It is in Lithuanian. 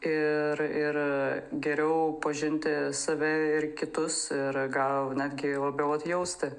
ir ir geriau pažinti save ir kitus ir gal netgi labiau atjausti